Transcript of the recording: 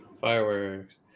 Fireworks